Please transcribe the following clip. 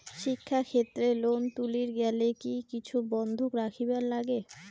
শিক্ষাক্ষেত্রে লোন তুলির গেলে কি কিছু বন্ধক রাখিবার লাগে?